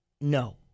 No